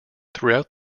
throughout